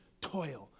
toil